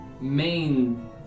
main